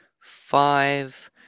five